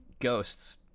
ghosts